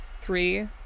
Three